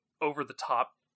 over-the-top